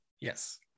Yes